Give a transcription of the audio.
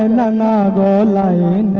and nine nine nine